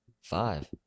five